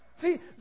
See